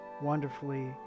wonderfully